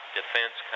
defense